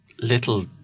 little